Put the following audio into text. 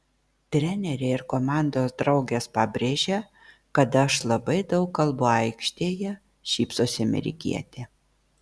treneriai ir komandos draugės pabrėžia kad aš labai daug kalbu aikštėje šypsosi amerikietė